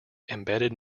embedded